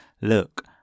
look